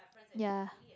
ya